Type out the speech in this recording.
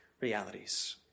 realities